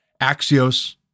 Axios